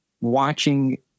watching